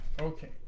Okay